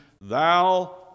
thou